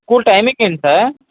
school timing ఏంటి sir